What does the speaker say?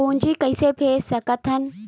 पूंजी कइसे भेज सकत हन?